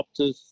Optus